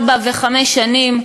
ארבע וחמש שנים.